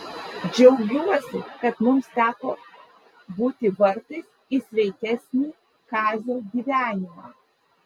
džiaugiuosi kad mums teko būti vartais į sveikesnį kazio gyvenimą